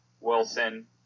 Wilson